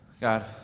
God